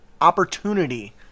opportunity